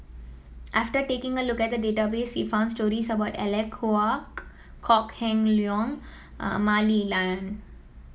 after taking a look at the database we found stories about Alec Kuok Kok Heng Leun and Mah Li Lian